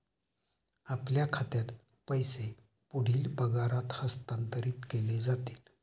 आपल्या खात्यात पैसे पुढील पगारात हस्तांतरित केले जातील